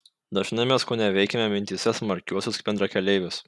dažnai mes koneveikiame mintyse smarkiuosius bendrakeleivius